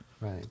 right